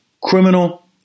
criminal